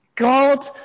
God